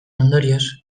ondorioz